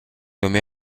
nommée